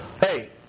hey